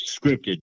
scripted